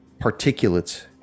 particulates